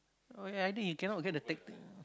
oh ya I think he cannot get the tactic